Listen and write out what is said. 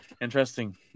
Interesting